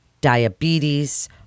diabetes